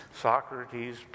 Socrates